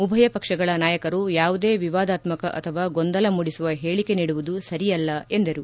ಉಭಯ ಪಕ್ಷಗಳ ನಾಯಕರು ಯಾವುದೇ ವಿವಾದಾತ್ಮಕ ಅಥವಾ ಗೊಂದಲ ಮೂಡಿಸುವ ಹೇಳಿಕೆ ನೀಡುವುದು ಸರಿಯಲ್ಲ ಎಂದರು